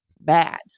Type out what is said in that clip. Bad